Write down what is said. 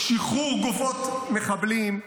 שחרור גופות מחבלים -- שקר.